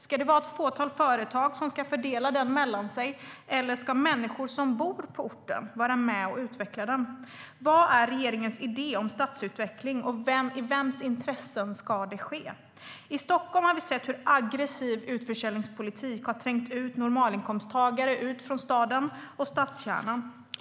Ska det vara ett fåtal företag som ska fördela den mellan sig, eller ska människor som bor på orten vara med och utveckla den? Vad är regeringens idé om stadsutveckling, och i vems intresse ska det ske? I Stockholm har vi sett hur aggressiv utförsäljningspolitik har trängt ut normalinkomsttagare från staden och stadskärnan.